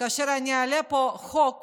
כאשר אני אעלה פה חוק